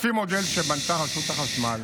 לפי מודל שבנתה רשות החשמל,